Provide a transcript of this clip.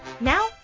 Now